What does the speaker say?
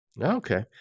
Okay